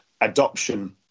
adoption